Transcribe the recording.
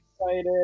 excited